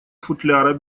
футляра